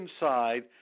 inside